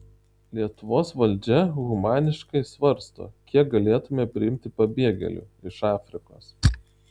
lietuvos valdžia humaniškai svarsto kiek galėtumėme priimti pabėgėlių iš afrikos